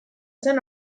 zen